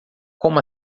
como